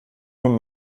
vom